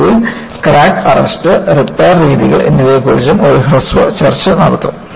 ഒടുവിൽ crack arrest repair രീതികൾ എന്നിവയെക്കുറിച്ചും ഒരു ഹ്രസ്വ ചർച്ച നടത്തും